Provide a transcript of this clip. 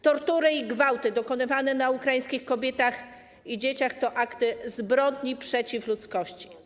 Tortury i gwałty dokonywane na ukraińskich kobietach i dzieciach to akty zbrodni przeciw ludzkości.